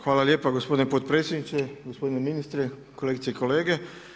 Hvala lijepa gospodine potpredsjedniče, gospodine ministre, kolegice i kolege.